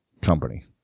company